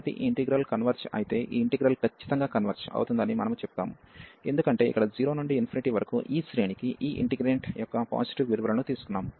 కాబట్టి ఈ integral converge అయితే ఈ ఇంటిగ్రల్ ఖచ్చితంగా కన్వర్జ్ అవుతుందని మనము చెప్తాము ఎందుకంటే ఇక్కడ 0 నుండి వరకు ఈ శ్రేణికి ఈ ఇంటిగ్రేంట్ యొక్క పాజిటివ్ విలువలను తీసుకున్నాము